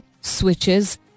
switches